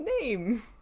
name